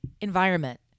environment